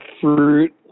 fruit